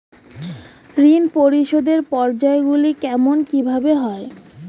ঋণ পরিশোধের পর্যায়গুলি কেমন কিভাবে হয়?